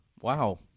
wow